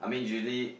I mean usually